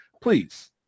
please